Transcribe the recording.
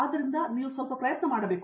ಆದ್ದರಿಂದ ಇದು ನೀವು ಸ್ವಲ್ಪ ಪ್ರಯತ್ನ ಮಾಡಬೇಕು